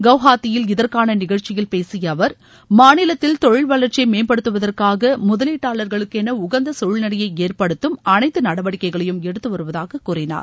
கவ்ஹாத்தியில் இதற்கான நிகழ்ச்சியில் பேசிய அவர் மாநிலத்தில் தொழில் வளர்ச்சியை மேம்படுத்துவதற்காக முதலீட்டாளர்களுக்கென உகந்த சூழ்நிலையை ஏற்படுத்தும் அனைத்து நடவடிக்கைகளையும் எடுத்து வருவதாக கூறினார்